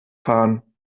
fahren